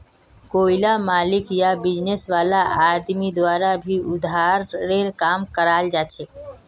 कोईला मालिक या बिजनेस वाला आदमीर द्वारा भी उधारीर काम कराल जाछेक